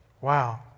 Wow